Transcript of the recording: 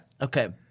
Okay